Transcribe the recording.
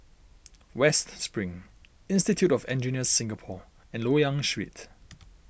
West Spring Institute of Engineers Singapore and Loyang Street